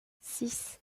six